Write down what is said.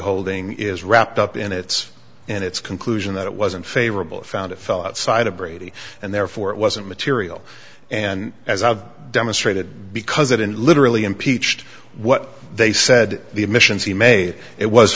holding is wrapped up in its in its conclusion that it wasn't favorable found it fell outside of brady and therefore it wasn't material and as i've demonstrated because it in literally impeached what they said the admissions he made it was